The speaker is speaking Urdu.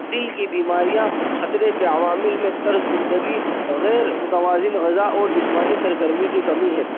دل کی بیماریاں خطرے کے عوامل میں طرز زندگی غیرمتوازن غذا اور جسمانی سرگرمی کی کمی ہے